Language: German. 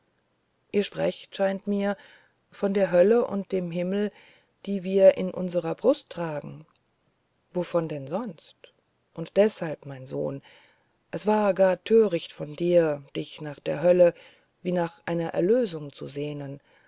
ihr sprecht scheint mir von der hölle und dem himmel die wir in unserer brust tragen wovon denn sonst und deshalb mein sohn war es gar töricht von dir dich nach der hölle wie nach einer erlösung zu sehnen